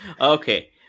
Okay